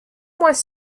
was